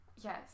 Yes